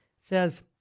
says